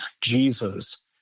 Jesus